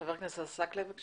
חבר הכנסת עסאקלה, בבקשה.